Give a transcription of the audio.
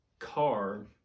car